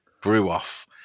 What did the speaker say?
brew-off